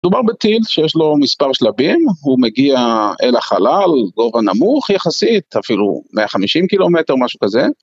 דובר בטיל שיש לו מספר שלבים, הוא מגיע אל החלל, גובה נמוך יחסית, אפילו 150 קילומטר או משהו כזה.